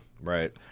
right